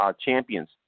champions